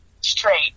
straight